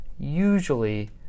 usually